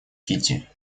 кити